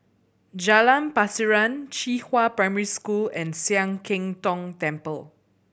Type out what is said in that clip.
Jalan Pasiran Qihua Primary School and Sian Keng Tong Temple